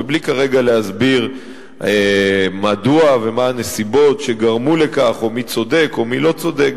בלי כרגע להסביר מדוע ומה הנסיבות שגרמו לכך ומי צודק ומי לא צודק.